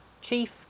Chief